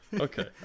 Okay